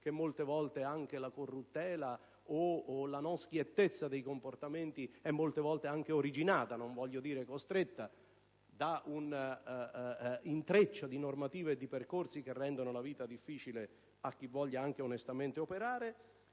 che molte volte anche la corruttela o la non schiettezza dei comportamenti è originata - non voglio dire costretta - anche da un intreccio di normative e percorsi che rendono la vita difficile a chi voglia onestamente operare;